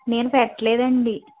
నేను పెట్టలేదండి